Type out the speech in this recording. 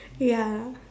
ya